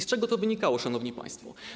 Z czego to wynikało, szanowni państwo?